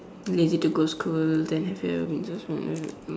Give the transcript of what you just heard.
lazy to go school then have